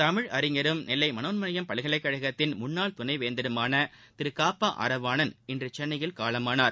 தமிழறிஞரும் நெல்லை மனோன்மணியம் பல்கலைக்கழகத்தின் முன்னாள் துணைவேந்தருமான திரு க ப அறவாணன் இன்று சென்னையில் காலமானார்